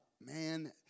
man